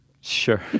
Sure